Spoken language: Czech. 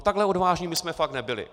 Takhle odvážní my jsme fakt nebyli.